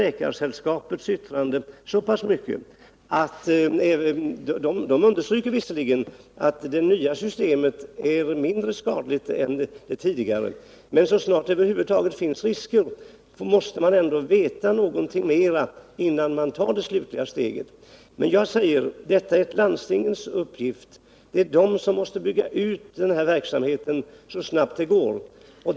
Läkaresällskapet understryker visserligen i sitt yttrande att det nya systemet är mindre skadligt än det tidigare, men så länge det över huvud taget finns risker måste man avvakta, innan man tar det slutliga steget. Jag säger vidare att detta är landstingens uppgift. Det är landstingen som måste bygga ut den här verksamheten så snabbt det går.